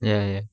ya ya